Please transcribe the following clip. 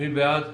מי בעד?